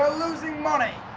losing money.